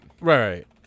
Right